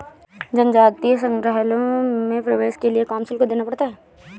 जनजातीय संग्रहालयों में प्रवेश के लिए काम शुल्क देना पड़ता है